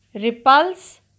repulse